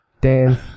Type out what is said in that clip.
Dan